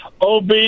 Ob